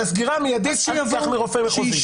את הסגירה המידית אל תיקח מרופא מחוזי,